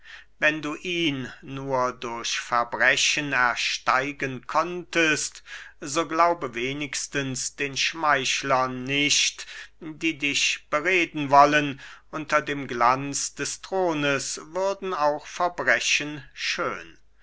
wenn du ihn nur durch verbrechen ersteigen konntest so glaube wenigstens den schmeichlern nicht die dich bereden wollen unter dem glanz des thrones würden auch verbrechen schön